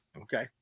Okay